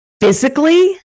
physically